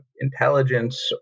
intelligence